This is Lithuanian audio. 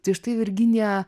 tai štai virginija